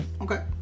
Okay